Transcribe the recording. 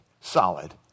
solid